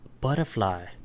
Butterfly